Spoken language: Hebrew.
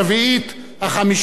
החמישית והשישית.